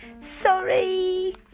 Sorry